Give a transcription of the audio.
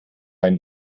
ein